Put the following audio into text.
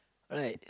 alright